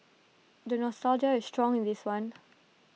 the nostalgia is strong in this one